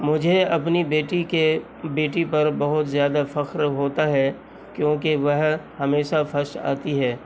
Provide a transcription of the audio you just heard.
مجھے اپنی بیٹی کے بیٹی پر بہت زیادہ فخر ہوتا ہے کیوں کہ وہ ہمیشہ فرسٹ آتی ہے